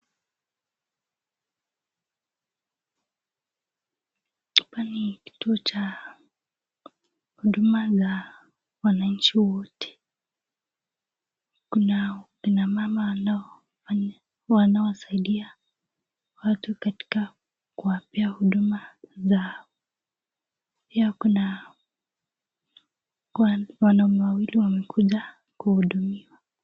Hapa ni kituo cha, huduma za wananchi wote. Kuna kina mama wanao wasaidia watu katika kuwapea huduma zao. Pia Kuna wanaume wawili wamekuja kuudumiwa.